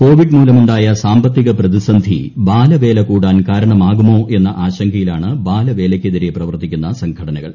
Covid മൂലമുണ്ടായ സാമ്പത്തിക പ്രതിസന്ധി ബാലവേല കൂടാൻ കാരണമാകുമോ എന്ന ആശങ്കയിലാണ് ബാലവേലയ്ക്കെതിരെ പ്രവർത്തിക്കുന്ന സംഘടനകൾ